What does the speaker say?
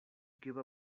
give